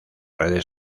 redes